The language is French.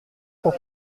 pour